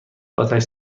آتش